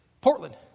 Portland